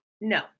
no